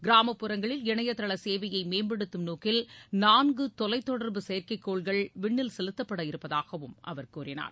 கிராமப்புறங்களில் இணையதள சேவையை மேம்படுத்தும் நோக்கில் நான்கு தொலைத்தொடர்பு செயற்கைகோள்கள் விண்ணில் செலுத்தப்பட இருப்பதாகவும் அவர் கூறினார்